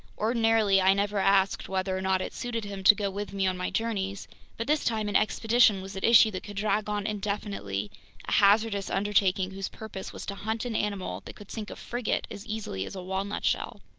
ordinarily, i never asked whether or not it suited him to go with me on my journeys but this time an expedition was at issue that could drag on indefinitely, a hazardous undertaking whose purpose was to hunt an animal that could sink a frigate as easily as a walnut shell!